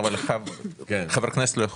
אבל חברי כנסת לא?